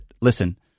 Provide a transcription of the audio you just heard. listen